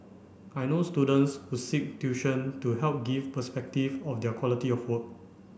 I know students who seek tuition to help give perspective of their quality of work